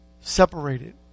separated